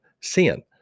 sin